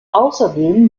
außerdem